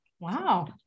Wow